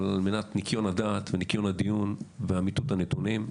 אבל על מנת ניקיון הדעת וניקיון הדיון ואמיתות הנתונים,